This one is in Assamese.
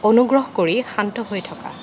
অনুগ্ৰহ কৰি শান্ত হৈ থকা